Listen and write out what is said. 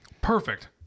Perfect